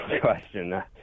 question